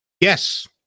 Yes